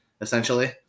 essentially